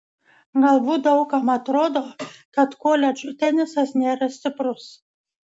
galbūt daug kam atrodo kad koledžų tenisas nėra stiprus